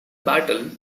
battle